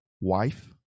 wife